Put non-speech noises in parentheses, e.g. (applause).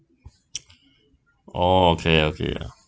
(noise) oh okay okay ah